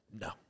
No